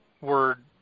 word